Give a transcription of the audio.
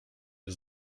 nie